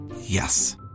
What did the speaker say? Yes